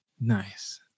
Nice